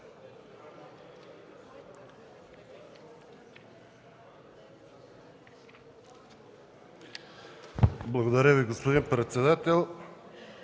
Благодаря, госпожо председател.